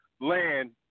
land